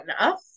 enough